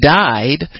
died